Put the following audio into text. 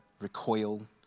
recoil